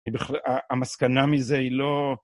המסקנה מזה היא לא...